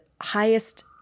highest